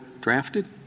drafted